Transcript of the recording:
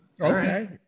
Okay